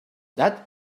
that